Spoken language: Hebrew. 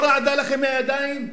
לא רעדו לכם הידיים?